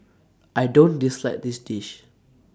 I don't dislike this dish